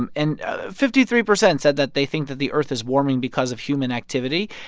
and and ah fifty three percent said that they think that the earth is warming because of human activity.